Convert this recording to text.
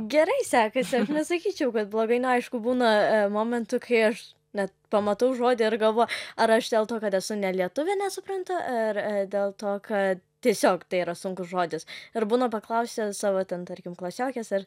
gerai sekasi aš nesakyčiau kad blogai nu aišku būna momentų kai aš net pamatau žodį ir galvoj ar aš dėl to kad esu ne lietuvė nesuprantu ar dėl to ka tiesiog tai yra sunkus žodis ir būna paklausiu savo ten tarkim klasiokės ar